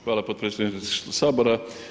Hvala potpredsjedniče Sabora.